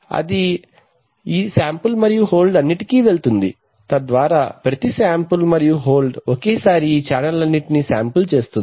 అది ఈ శాంపిల్ మరియు హోల్డ్ లన్నింటికీ వెళుతుంది తద్వారా ప్రతి శాంపిల్ మరియు హోల్డ్ ఒకేసారి ఈ ఛానెల్లన్నింటినీ శాంపిల్ చేస్తుంది